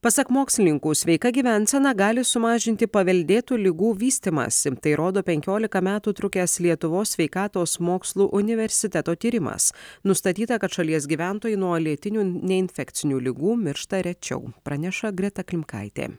pasak mokslininkų sveika gyvensena gali sumažinti paveldėtų ligų vystymąsi tai rodo penkiolika metų trukęs lietuvos sveikatos mokslų universiteto tyrimas nustatyta kad šalies gyventojai nuo lėtinių neinfekcinių ligų miršta rečiau praneša greta klimkaitė